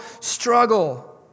struggle